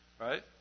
Right